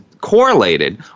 correlated